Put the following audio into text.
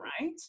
right